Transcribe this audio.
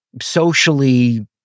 socially